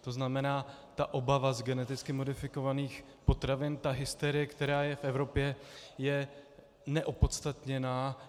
To znamená, obava z geneticky modifikovaných potravin, ta hysterie, která je v Evropě, je neopodstatněná.